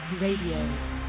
Radio